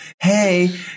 hey